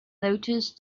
noticed